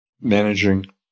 managing